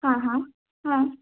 ಹಾಂ ಹಾಂ ಹಾಂ